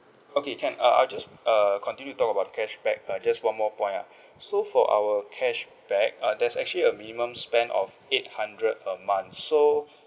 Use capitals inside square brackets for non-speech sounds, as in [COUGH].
okay can uh I just err continue to talk about cashback uh just one more point ah [BREATH] so for our cashback uh there's actually a minimum spend of eight hundred a month so